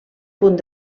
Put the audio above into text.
punt